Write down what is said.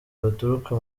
baturuka